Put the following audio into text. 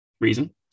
Reason